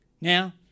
Now